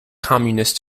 communist